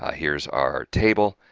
ah here's our table,